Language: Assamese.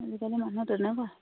আজিকালি মানুহ তেনেকুৱাই